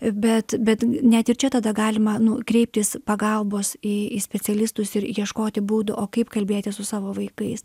bet bet net ir čia tada galima kreiptis pagalbos į į specialistus ir ieškoti būdų o kaip kalbėtis su savo vaikais